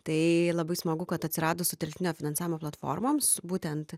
tai labai smagu kad atsiradus sutelktinio finansavimo platformoms būtent